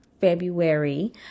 February